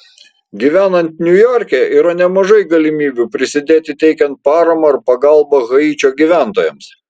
gyvenant niujorke yra nemažai galimybių prisidėti teikiant paramą ar pagalbą haičio gyventojams